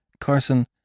Carson